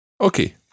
Okay